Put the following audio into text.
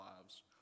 lives